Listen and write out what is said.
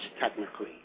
technically